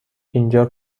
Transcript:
اینجا